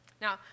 Now